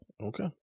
Okay